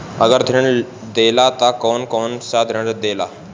अगर ऋण देला त कौन कौन से ऋण देला?